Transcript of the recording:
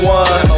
one